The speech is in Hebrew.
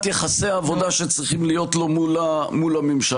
יחסי עבודה שצריכים להיות מול הממשלה.